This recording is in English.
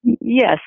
yes